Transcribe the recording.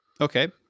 Okay